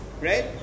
right